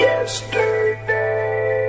Yesterday